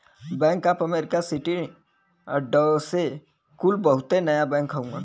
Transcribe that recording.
bank of America, Citi, Deutsche कुल बहुते नया बैंक हउवन